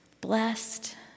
Blessed